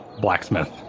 blacksmith